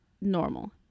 normal